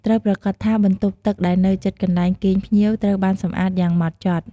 ត្រូវប្រាកដថាបន្ទប់ទឹកដែលនៅជិតកន្លែងគេងភ្ញៀវ ត្រូវបានសម្អាតយ៉ាងហ្មត់ចត់។